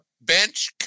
bench